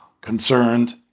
concerned